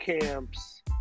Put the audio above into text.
camps